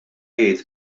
jgħid